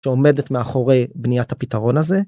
שעומדת מאחורי בניית הפתרון הזה.